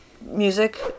music